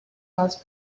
was